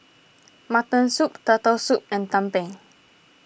Mutton Soup Turtle Soup and Tumpeng